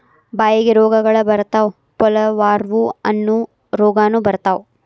ಬಾಯಿಗೆ ರೋಗಗಳ ಬರತಾವ ಪೋಲವಾರ್ಮ ಅನ್ನು ರೋಗಾನು ಬರತಾವ